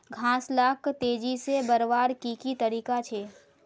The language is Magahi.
घास लाक तेजी से बढ़वार की की तरीका छे?